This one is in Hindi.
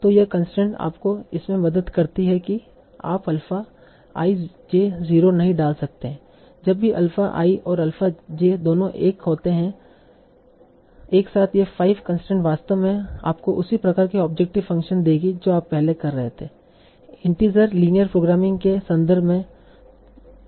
तो यह कंसट्रेंट आपको इसमें मदद करती है कि आप अल्फा i j 0 नहीं डाल सकते हैं जब भी अल्फा i और अल्फा j दोनों 1 होते हैं एक साथ ये 5 कंसट्रेंट वास्तव में आपको उसी प्रकार के ऑब्जेक्टिव फ़ंक्शन देगी जो आप पहले कर रहे थे इन्टिजर लीनियर प्रोग्रामिंग के संदर्भ में